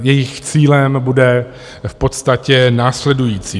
Jejich cílem bude v podstatě následující.